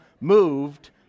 moved